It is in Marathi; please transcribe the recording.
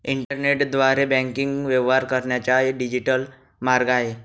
इंटरनेटद्वारे बँकिंग व्यवहार करण्याचा डिजिटल मार्ग आहे